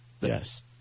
Yes